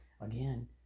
again